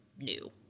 new